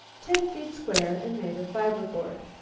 ten feet square and made of fiber-board.